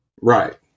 Right